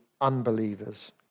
unbelievers